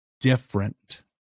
different